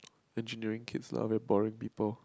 engineering keeps a lot of your boring people